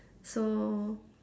so